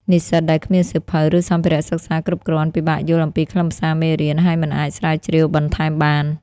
និស្សិតដែលគ្មានសៀវភៅ ឬសម្ភារៈសិក្សាគ្រប់គ្រាន់ ពិបាកយល់អំពីខ្លឹមសារមេរៀន ហើយមិនអាចស្រាវជ្រាវបន្ថែមបាន។